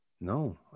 No